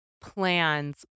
plans